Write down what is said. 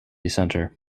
centre